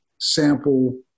sample